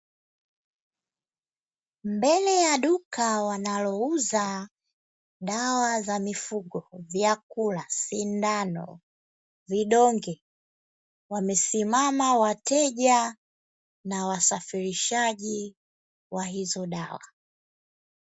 Mbele ya duka wanalouza dawa za mifugo, vyakula, sindano, vidonge, wamesimama wateja na wasafirishaji wa hizo dawa.